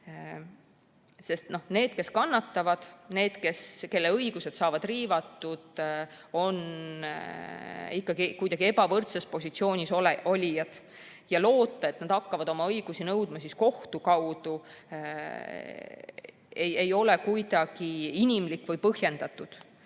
Sest need, kes kannatavad, need, kelle õigused saavad riivatud, on ikkagi kuidagi ebavõrdses positsioonis ja loota, et nad hakkavad oma õigusi nõudma kohtu kaudu, ei ole kuidagi inimlik ega põhjendatud.